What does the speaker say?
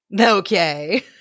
Okay